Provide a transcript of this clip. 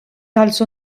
also